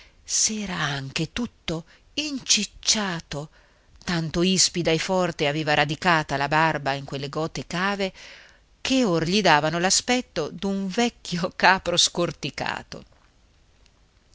s'era anche tutto incicciato tanto ispida e forte aveva radicata la barba in quelle gote cave che or gli davano l'aspetto d'un vecchio capro scorticato